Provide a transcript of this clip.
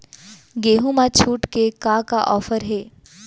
गेहूँ मा छूट के का का ऑफ़र हे?